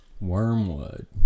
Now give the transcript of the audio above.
Wormwood